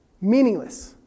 Meaningless